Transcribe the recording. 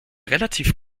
relativ